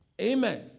Amen